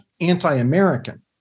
anti-American